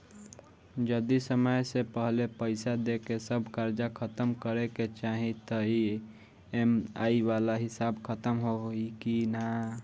जदी समय से पहिले पईसा देके सब कर्जा खतम करे के चाही त ई.एम.आई वाला हिसाब खतम होइकी ना?